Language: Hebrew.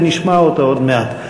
ונשמע אותו עוד מעט.